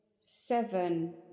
seven